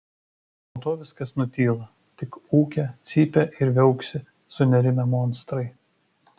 po to viskas nutyla tik ūkia cypia ir viauksi sunerimę monstrai